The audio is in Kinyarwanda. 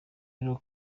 rero